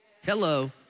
Hello